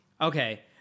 Okay